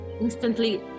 instantly